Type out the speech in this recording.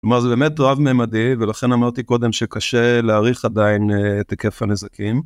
כלומר זה באמת רב מימדי ולכן אמרתי קודם שקשה להעריך עדיין את היקף הנזקים.